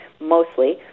mostly